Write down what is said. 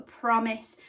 promise